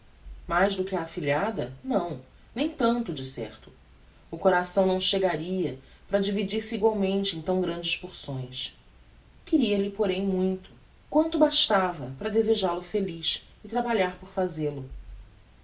mais do que a afilhada não nem tanto de certo o coração não chegaria para dividir se egualmente em tão grandes porções queria-lhe porém muito quanto bastava para desejal o feliz e trabalhar por fazel-o